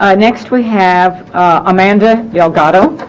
ah next we have amanda delgado